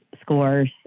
scores